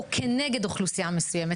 או כנגד אוכלוסייה מסוימת,